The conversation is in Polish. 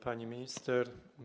Pani Minister!